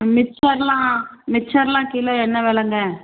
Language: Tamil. மிச்சர்லாம் மிச்சர்லாம் கிலோ என்ன விலங்க